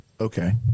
Okay